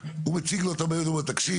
הוא מציג לו את הבעיות הוא אומר לו תקשיב.